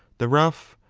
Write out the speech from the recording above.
the rough,